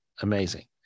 amazing